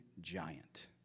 giant